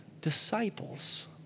disciples